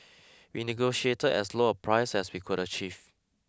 we negotiated as low a price as we could achieve